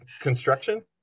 Construction